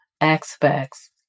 aspects